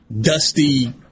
dusty